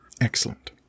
Excellent